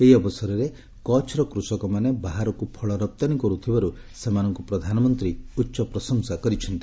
ଏହି ଅବସରରେ କଚ୍ଚର କୃଷକମାନେ ବାହାରକୁ ଫଳ ରପ୍ତାନୀ କରୁଥିବାରୁ ସେମାନଙ୍କୁ ପ୍ରଧାନମନ୍ତ୍ରୀ ଉଚ୍ଚ ପ୍ରଶଂସା କରିଛନ୍ତି